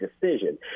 decision